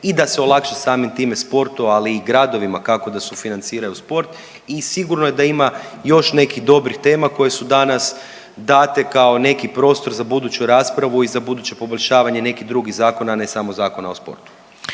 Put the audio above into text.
i da se olakša samim time sportu ali i gradovima kako da sufinanciraju sport i sigurno je da ima još nekih dobrih tema koje su danas date kao neki prostor za buduću raspravu i za buduće poboljšavanje nekih drugih zakona ne samo Zakona o sportu.